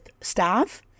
staff